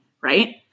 right